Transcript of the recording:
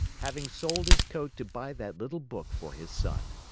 having sold his coat to buy that little book for his son!